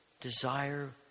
desire